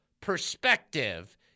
perspective